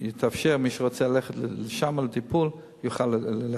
יתאפשר, ומי שרוצה ללכת לשם לטיפול יוכל ללכת.